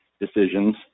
decisions